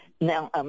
Now